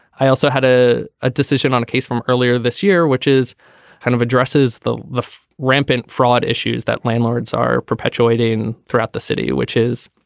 i also had ah a decision on a case from earlier this year which is kind of addresses the the rampant fraud issues that landlords are perpetuating throughout the city which is